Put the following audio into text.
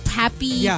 happy